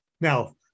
Now